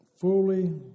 fully